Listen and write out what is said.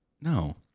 No